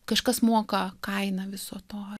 kažkas moka kainą viso to